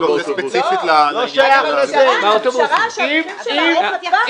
זו פשרה שהמחיר שלה, ארוך הטווח, יהיה מאוד גבוה.